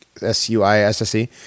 S-U-I-S-S-E